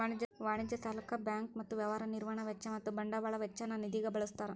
ವಾಣಿಜ್ಯ ಸಾಲಕ್ಕ ಬ್ಯಾಂಕ್ ಮತ್ತ ವ್ಯವಹಾರ ನಿರ್ವಹಣಾ ವೆಚ್ಚ ಮತ್ತ ಬಂಡವಾಳ ವೆಚ್ಚ ನ್ನ ನಿಧಿಗ ಬಳ್ಸ್ತಾರ್